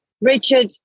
Richard